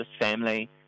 family